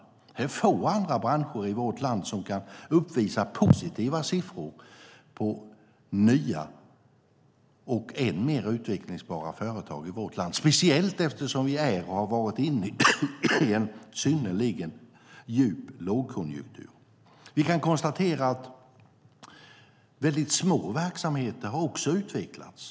Det är få andra branscher i vårt land som kan uppvisa positiva siffror på nya och än mer utvecklingsbara företag i vårt land, speciellt eftersom vi är och har varit inne i en synnerligen djup lågkonjunktur. Vi kan konstatera att små verksamheter också har utvecklats.